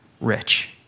rich